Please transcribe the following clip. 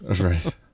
Right